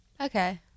Okay